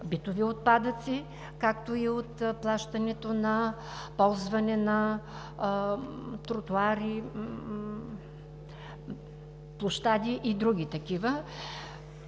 битови отпадъци, както и от плащането на ползване на тротоари, площади и други такива.